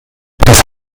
das